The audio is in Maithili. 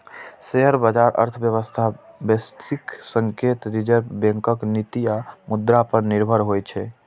शेयर बाजार अर्थव्यवस्था, वैश्विक संकेत, रिजर्व बैंकक नीति आ मुद्रा पर निर्भर होइ छै